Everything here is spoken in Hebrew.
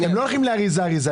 הם לא בודקים אריזה אריזה,